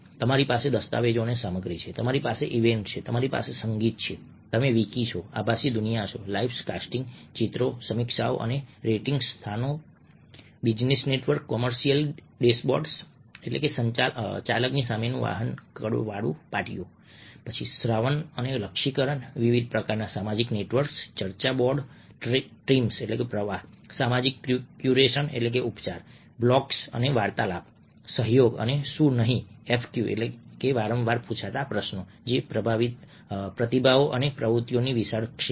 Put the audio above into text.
તમારી પાસે દસ્તાવેજો અને સામગ્રી છે તમારી પાસે ઇવેન્ટ્સ છે તમારી પાસે સંગીત છે તમે વિકિ છો આભાસી દુનિયા લાઇફ કાસ્ટિંગ ચિત્રો સમીક્ષાઓ અને રેટિંગ્સ સ્થાનો બિઝનેસ નેટવર્ક્સ કોમર્શિયલ ડેશબોર્ડ્સચાલકની સામેનું વાહનનું કળોવાળું પાટિયું શ્રવણ અને લક્ષ્યીકરણ વિવિધ પ્રકારના સામાજિક નેટવર્ક્સ ચર્ચા બોર્ડ સ્ટ્રીમ્સપ્રવાહ સામાજિક ક્યુરેશનઉપચાર બ્લોગ્સ અને વાર્તાલાપ સહયોગ અને શું નહીં એફએક્યુ વારંવાર પૂછાતા પ્રશ્નો પ્રતિભાવો અને પ્રવૃત્તિઓની વિશાળ શ્રેણી